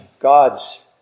God's